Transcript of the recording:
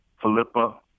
Philippa